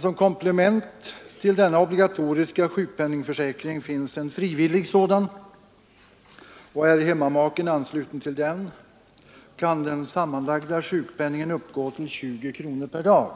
Som komplement till denna obligatoriska sjukpenningförsäkring finns emellertid en frivillig sådan, och är hemmamaken ansluten till den kan den sammanlagda sjukpenningen uppgå till 20 kronor per dag,